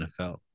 NFL